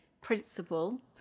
principle